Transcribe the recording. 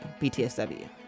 BTSW